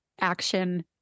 action